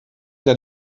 der